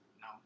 No